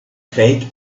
feet